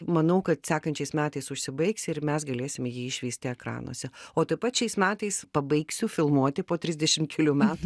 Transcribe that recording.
manau kad sekančiais metais užsibaigs ir mes galėsim jį išvysti ekranuose o taip pat šiais metais pabaigsiu filmuoti po trisdešim kelių metų